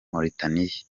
mauritania